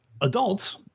adults